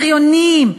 בריוניים,